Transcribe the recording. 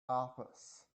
office